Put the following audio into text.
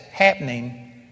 happening